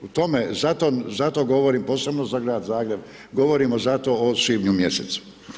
U tome, zato govorim posebno za grad Zagreb, govorimo zato o svibnju mjesecu.